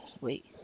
wait